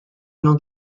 not